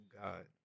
God